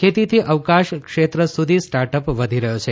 ખેતીથી અવકાશ ક્ષેત્ર સુધી સ્ટાર્ટઅપ વધી રહ્યો છે